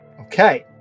Okay